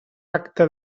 acte